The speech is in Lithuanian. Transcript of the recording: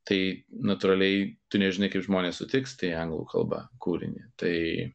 tai natūraliai tu nežinai kaip žmonės sutiks tai anglų kalba kūrinį tai